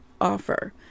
offer